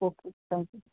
okay thank you